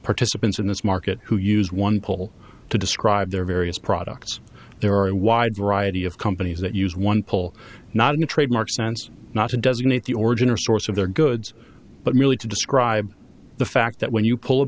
participants in this market who use one poll to describe their various products there are a wide variety of companies that use one poll not in a trademark sense not to designate the origin or source of their goods but merely to describe the fact that when you pull a